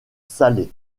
salé